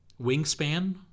wingspan